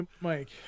Mike